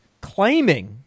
claiming